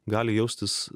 gali jaustis